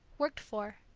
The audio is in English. worked for,